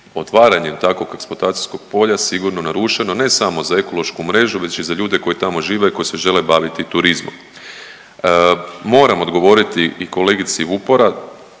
otvaranje takvog eksploatacijskog polja sigurno narušeno ne samo za ekološku mrežu već i z7a ljude koji tamo žive, koji se žele baviti turizmom. Moram odgovoriti i kolegici Vupora